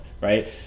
right